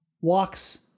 walks